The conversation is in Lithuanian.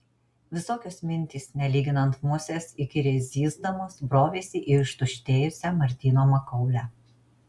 visokios mintys nelyginant musės įkyriai zyzdamos brovėsi į ištuštėjusią martyno makaulę